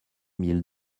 mille